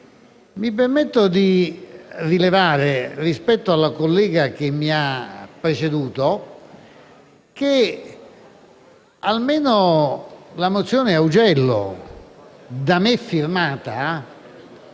mi permetto di rilevare, rispetto alla collega che mi ha preceduto, che almeno la mozione a prima firma